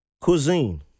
Cuisine